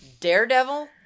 Daredevil